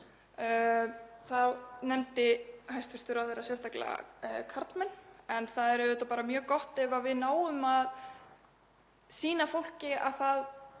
Þá nefndi hæstv. ráðherra sérstaklega karlmenn en það er auðvitað bara mjög gott ef við náum að sýna fólki að það